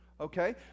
okay